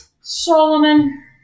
Solomon